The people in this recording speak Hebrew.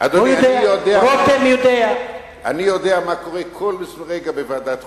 אני יודע מה קורה כל רגע בוועדת חוקה,